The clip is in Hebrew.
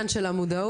זה העניין של המודעות.